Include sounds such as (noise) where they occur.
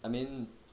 I mean (noise)